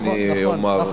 אני אומר.